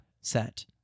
set